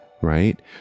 right